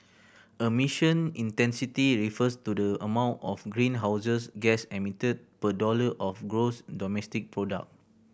intensity refers to the amount of greenhouses gas emitted per dollar of gross domestic product